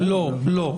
לא.